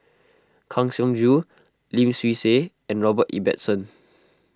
Kang Siong Joo Lim Swee Say and Robert Ibbetson